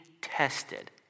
tested